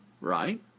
right